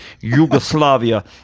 Yugoslavia